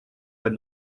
but